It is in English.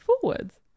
forwards